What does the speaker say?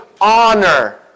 Honor